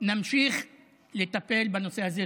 נמשיך לטפל בנושא הזה.